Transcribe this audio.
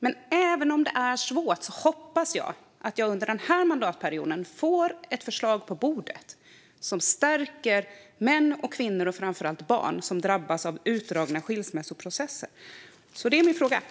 Men även om det är svårt hoppas jag under mandatperioden få se ett förslag på bordet som stärker män, kvinnor och framför allt barn som drabbas av utdragna skilsmässoprocesser.